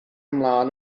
ymlaen